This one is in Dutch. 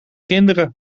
kinderen